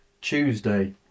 Tuesday